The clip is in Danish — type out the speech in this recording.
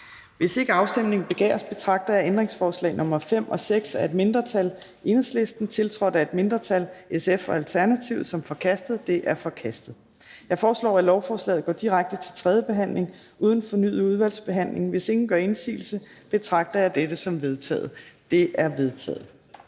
Hvis ikke afstemning begæres, betragter jeg ændringsforslag nr. 5 og 6, af et mindretal (EL), tiltrådt af et mindretal (SF og ALT), som forkastet. De er forkastet. Jeg foreslår, at lovforslaget går direkte til tredje behandling uden fornyet udvalgsbehandling. Hvis ingen gør indsigelse, betragter jeg dette som vedtaget. Det er vedtaget.